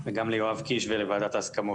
כמובן וגם ליואב קיש ולוועדת ההסכמות.